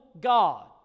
God